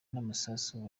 n’amasasu